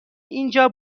اینجا